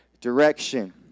direction